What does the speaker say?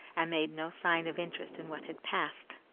and made no sign of interest in what had passed.